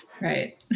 Right